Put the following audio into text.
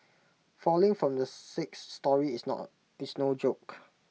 falling from the sixth storey is not is no joke